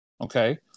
Okay